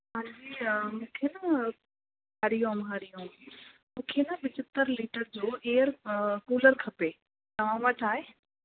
हाजी हा मूंखे न हरि ओम हरि ओम मूंखे न पंजहतरि लीटर जो एअर अ कूलर खपे तव्हां वटि आहे